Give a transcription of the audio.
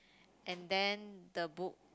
and then the book